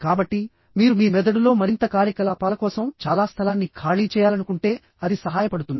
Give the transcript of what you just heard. కాబట్టి మీరు మీ మెదడులో మరింత కార్యకలాపాల కోసం చాలా స్థలాన్ని ఖాళీ చేయాలనుకుంటే అది సహాయపడుతుంది